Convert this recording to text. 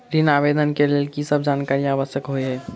ऋण आवेदन केँ लेल की सब जानकारी आवश्यक होइ है?